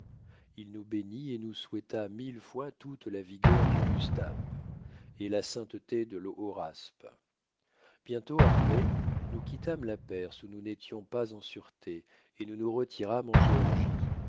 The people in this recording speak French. il nous bénit et nous souhaita mille fois toute la vigueur de gustaspe et la sainteté de l'hohoraspe bientôt après nous quittâmes la perse où nous n'étions pas en sûreté et nous nous retirâmes en géorgie